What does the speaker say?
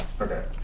Okay